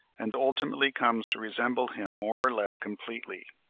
and ultimately comes to resemble him more or less completely.